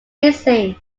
missing